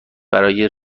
برای